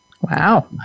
Wow